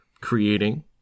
creating